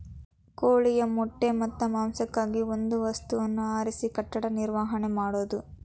ಕೋಳಿಯ ಮೊಟ್ಟೆ ಮತ್ತ ಮಾಂಸಕ್ಕಾಗಿ ಒಂದ ಸ್ಥಳವನ್ನ ಆರಿಸಿ ಕಟ್ಟಡಾ ನಿರ್ಮಾಣಾ ಮಾಡುದು